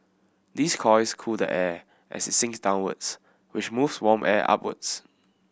these coils cool the air as it sinks downwards which moves warm air upwards